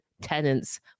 tenants